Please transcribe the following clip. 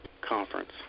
Conference